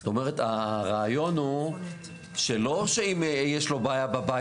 זאת אומרת הרעיון הוא שלא שאם יש לו בעיה בבית